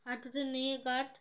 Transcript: হাঁটু তে knee guard